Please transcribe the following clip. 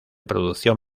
producción